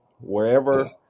wherever